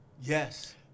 Yes